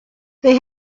they